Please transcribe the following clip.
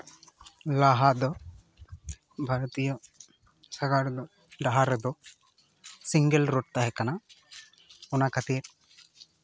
ᱞᱟᱦᱟ ᱫᱚ ᱵᱷᱟᱨᱚᱛᱤᱭᱚ ᱥᱟᱸᱜᱟᱲ ᱫᱚ ᱰᱟᱦᱟᱨ ᱨᱮᱫᱚ ᱥᱤᱝᱜᱮᱞ ᱨᱳᱰ ᱛᱟᱦᱮᱸ ᱠᱟᱱᱟ ᱚᱱᱟ ᱠᱷᱟᱹᱛᱤᱨ